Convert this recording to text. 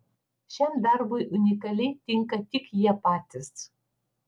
šiam darbui unikaliai tinka tik jie patys